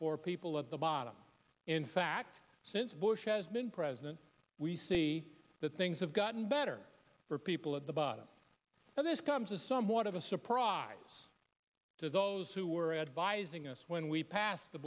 for people the bottom in fact since bush has been president we see that things have gotten better for people at the bottom now this comes as somewhat of a surprise to those who were advising us when we passed the